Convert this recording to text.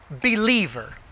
believer